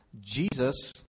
Jesus